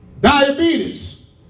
Diabetes